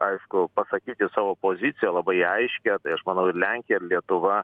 aišku pasakyti savo poziciją labai aiškią tai aš manau ir lenkija ir lietuva